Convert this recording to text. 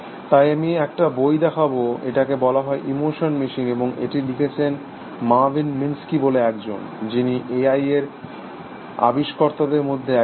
তাই আমি একটা বই দেখাব এটাকে বলা হয় ইমোশন মেশিন এবং এটা লিখেছেন মার্ভিন মিনিস্কি বলে একজন যিনি এআই এর আবিষ্কর্তাদের মধ্যে একজন